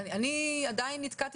אני רוצה לעבור